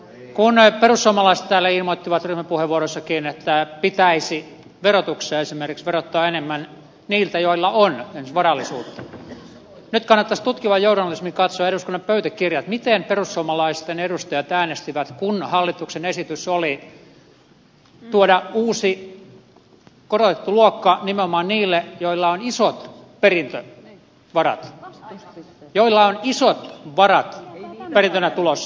kun perussuomalaiset täällä ilmoittivat ryhmäpuheenvuorossakin että pitäisi verotuksessa esimerkiksi verottaa enemmän niiltä joilla on esimerkiksi varallisuutta nyt kannattaisi tutkivan journalismin katsoa eduskunnan pöytäkirjat miten perussuomalaisten edustajat äänestivät kun hallituksen esitys oli tuoda uusi korotettu luokka nimenomaan niille joilla on isot perintövarat joilla on isot varat perintönä tulossa